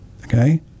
Okay